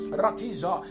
ratiza